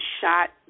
shot